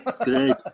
great